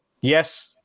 yes